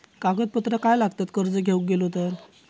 कागदपत्रा काय लागतत कर्ज घेऊक गेलो तर?